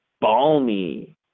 balmy